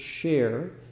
share